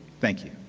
thank you.